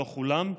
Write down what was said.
לא כולם,